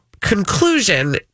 conclusion